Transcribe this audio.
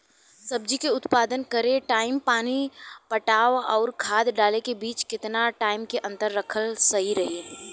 सब्जी के उत्पादन करे टाइम पानी पटावे आउर खाद डाले के बीच केतना टाइम के अंतर रखल सही रही?